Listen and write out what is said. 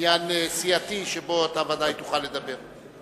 עניין סיעתי שבו ודאי תוכל לדבר.